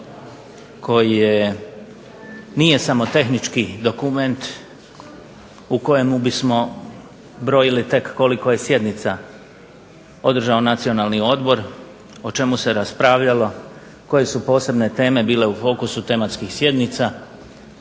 koje nije samo tehnički dokument, u kojemu bismo brojili tek koliko je sjednica održao Nacionalni odbor, o čemu se raspravljalo, koje su posebne teme bile u fokusu tematskih sjednica,